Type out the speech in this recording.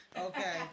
Okay